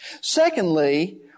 Secondly